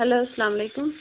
hello اسلامُ علیکُم